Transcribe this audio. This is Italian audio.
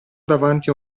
davanti